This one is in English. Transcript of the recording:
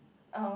oh